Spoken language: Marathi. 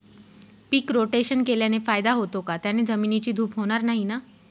पीक रोटेशन केल्याने फायदा होतो का? त्याने जमिनीची धूप होणार नाही ना?